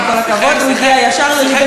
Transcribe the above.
עם כל הכבוד, הוא הגיע ישר לליגת-העל.